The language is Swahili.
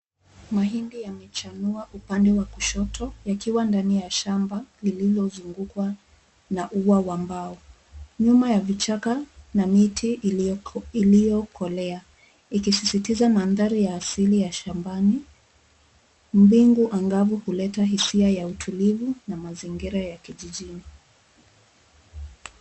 Mahindi yamechanua upande wa kushoto, yakiwa ndani ya shammba lililozungukwa na uwa wa mbao. Nyuma ya vichaka na miti iliyokolea, ikisisitiza manthari ya shambani. Mbingu angavu huleta hisia ya utulivu na mazingira ya kijijini.